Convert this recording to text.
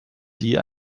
die